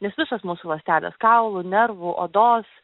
nes visos mūsų ląstelės kaulų nervų odos